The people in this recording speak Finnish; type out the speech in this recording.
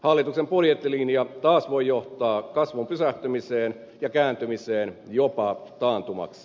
hallituksen budjettilinja taas voi johtaa kasvun pysähtymiseen ja kääntymiseen jopa taantumaksi